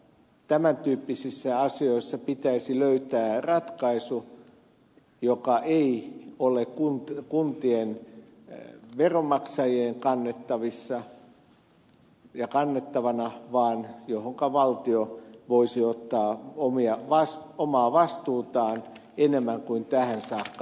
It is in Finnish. tämän tyyppisissä asioissa pitäisi löytää ratkaisu joka ei ole kuntien veronmaksajien kannettavissa ja kannettavana vaan johonka valtio voisi ottaa omaa vastuutaan enemmän kuin tähän saakka